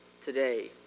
today